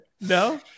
No